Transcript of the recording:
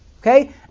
okay